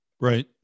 Right